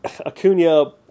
Acuna